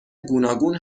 گوناگون